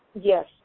Yes